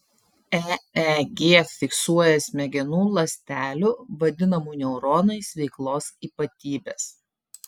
eeg fiksuoja smegenų ląstelių vadinamų neuronais veiklos ypatybes